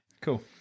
Cool